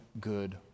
good